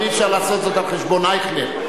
אבל אי-אפשר לעשות זאת על חשבון אייכלר.